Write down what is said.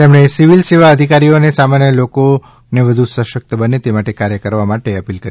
તેમણે સિવિલ સેવા અધિકારીઓને સામાન્ય લોકો વધુ સશક્ત બને તે માટે કાર્ય કરવા માટે અપીલ કરી